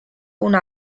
una